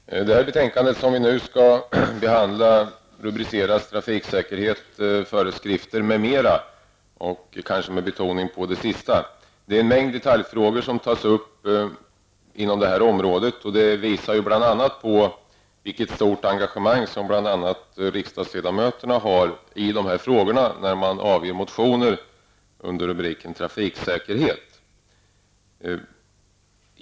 Herr talman! Det betänkande som vi nu skall behandla rubriceras Trafiksäkerhet och trafikföreskrifter m.m., kanske med betoning på det sista. Det är en mängd detaljfrågor som tas upp inom detta område, och det visar vilket stort engagemang som riksdagsledamöterna har när de väcker motioner under rubriken Trafiksäkerhet.